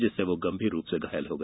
जिससे वो गंभीर रूप से घायल हो गया